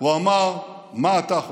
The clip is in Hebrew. הוא אמר: מה אתה חושב?